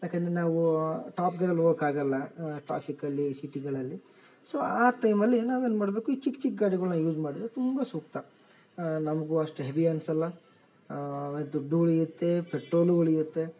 ಯಾಕಂದರೆ ನಾವು ಟಾಪ್ ಗೇರಲ್ಲಿ ಹೋಗಕಾಗಲ್ಲ ಟ್ರಾಫಿಕ್ಕಲ್ಲಿ ಸಿಟಿಗಳಲ್ಲಿ ಸೊ ಆ ಟೈಮಲ್ಲಿ ನಾವೇನು ಮಾಡಬೇಕು ಈ ಚಿಕ್ಕ ಚಿಕ್ಕ ಗಾಡಿಗಳ್ನ ಯೂಸ್ ಮಾಡಿದರೆ ತುಂಬ ಸೂಕ್ತ ನಮಗು ಅಷ್ಟು ಹೆವಿ ಅನಿಸಿಲ್ಲ ದುಡ್ಡು ಉಳಿಯುತ್ತೆ ಪೆಟ್ರೋಲ್ ಉಳಿಯುತ್ತೆ